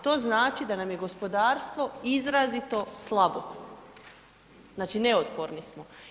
To znači da nam je gospodarstvo izrazito slabo, znači neotporni smo.